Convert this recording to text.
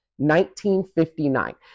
1959